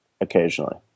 occasionally